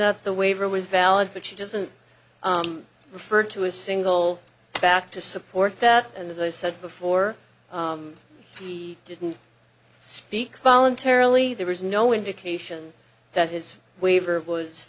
of the waiver was valid but she doesn't refer to a single back to support that and as i said before he didn't speak voluntarily there was no indication that his waiver was